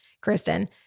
Kristen